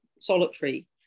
solitary